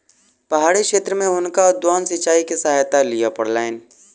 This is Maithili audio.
पहाड़ी क्षेत्र में हुनका उद्वहन सिचाई के सहायता लिअ पड़लैन